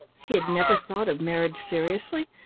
she had never thought of marriage seriously,